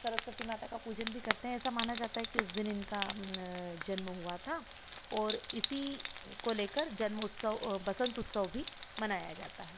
सरस्वती माता का पूजन भी करते हैं ऐसा माना जाता है कि उस दिन इनका जन्म हुआ था और इसी को लेकर जन्म उत्सव बसंत उत्सव भी मनाया जाता है